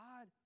God